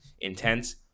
intense